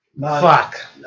fuck